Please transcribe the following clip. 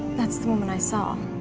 that's the woman i saw.